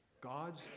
God's